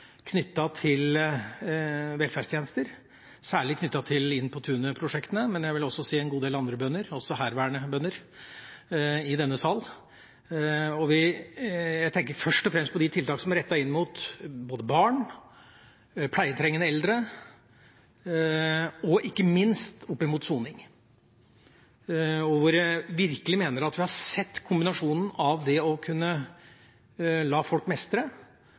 knyttet til velferdstjenester, særlig i Inn på tunet-prosjektene – også herværende bønder i denne sal. Jeg tenker først og fremst på de tiltakene som er rettet inn mot barn, mot pleietrengende eldre og ikke minst mot soning, hvor jeg virkelig mener at vi har sett kombinasjonen av det å kunne la folk mestre